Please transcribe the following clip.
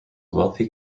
wealthy